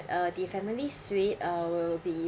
uh the family suite uh will be